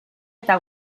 eta